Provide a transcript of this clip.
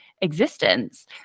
existence